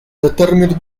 determined